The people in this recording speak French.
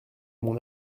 mon